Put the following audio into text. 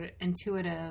intuitive